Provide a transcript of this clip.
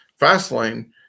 Fastlane